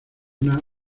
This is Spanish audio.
una